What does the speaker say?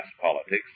politics